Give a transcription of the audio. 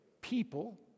people